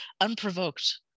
unprovoked